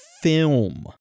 film